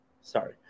Sorry